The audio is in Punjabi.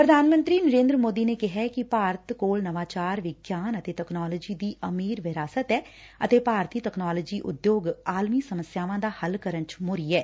ਪੁਧਾਨ ਮੰਤਰੀ ਨਰੇਦਰ ਮੋਦੀ ਨੇ ਕਿਹੈ ਕਿ ਭਾਰਤ ਕੋਲ ਨਵਾਚਾਰ ਵਿਗਿਆਨ ਅਤੇ ਤਕਨਾਲੋਜੀ ਦੀ ਅਮੀਰ ਵਿਰਾਸਤ ਐ ਅਤੇ ਭਾਰਤੀ ਤਕਨਾਲੋਜੀ ਉਦਯੋਗ ਆਲਮੀ ਸਮੱਸਿਆਵਾਂ ਦਾ ਹੱਲ ਕਰਨ ਚ ਮੋਹਰੀ ਐ